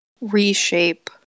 reshape